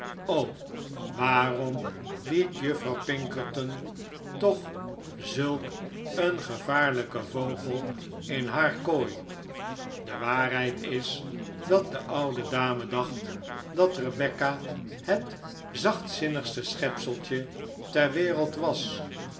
o waarom liet juffrouw pinkerton toch zulk een gevaarlijken vogel in haar kooi de waarheid is dat de oude dame dacht dat rebecca het zachtzinnigste schepseltje ter wereld was